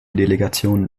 delegationen